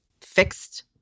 fixed